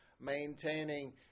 Maintaining